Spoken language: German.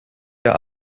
der